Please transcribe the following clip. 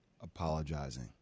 apologizing